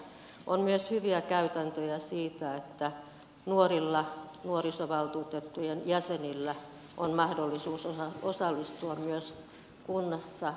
on myös hyviä käytäntöjä siitä että nuorilla nuorisovaltuuston jäsenillä on mahdollisuus osallistua kunnassa myös valiokuntatyöskentelyyn